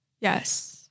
Yes